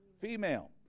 Female